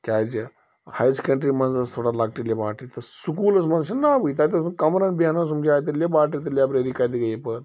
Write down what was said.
تِکیٛازِ higher secondary منٛز ٲس تھوڑا لۄکٹٕے لیٚباٹرٛی تہٕ سکوٗلَس منٛز چھُنہٕ ناوٕے تَتہِ اوس نہٕ کَمرَن بیٚہنس سُمب جاے تہٕ لیٚباٹرٛی تہٕ لایبرٛیری کَتہِ گٔیے پٲدٕ